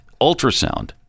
ultrasound